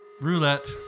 Roulette